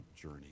journey